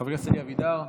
חבר הכנסת אלי אבידר,